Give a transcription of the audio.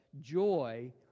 joy